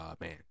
man